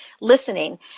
listening